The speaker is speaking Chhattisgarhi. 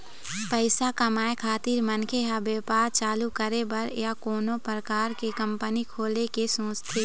पइसा कमाए खातिर मनखे ह बेपार चालू करे बर या कोनो परकार के कंपनी खोले के सोचथे